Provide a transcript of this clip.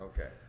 Okay